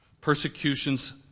persecutions